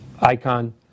Icon